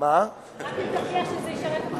רק אם תוכיח שזה ישרת אותך בקרוב.